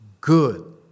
good